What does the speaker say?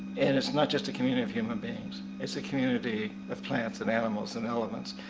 and it's not just a community of human beings, it's a community of plants and animals and elements.